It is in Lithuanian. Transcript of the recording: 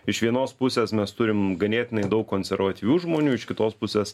iš vienos pusės mes turim ganėtinai daug konservatyvių žmonių iš kitos pusės